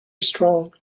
strong